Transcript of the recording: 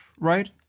right